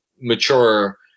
mature